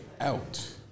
out